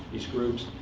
these groups,